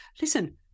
Listen